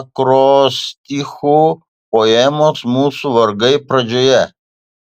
akrostichu poemos mūsų vargai pradžioje